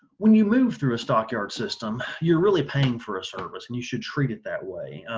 when you move through a stockyard system you're really paying for a service and you should treat it that way.